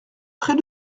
près